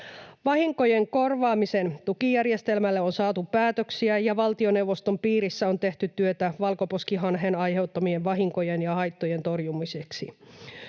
Vahinkojen korvaamisen tukijärjestelmälle on saatu päätöksiä, ja valtioneuvoston piirissä on tehty työtä valkoposkihanhen aiheuttamien vahinkojen ja haittojen torjumiseksi.